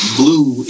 blue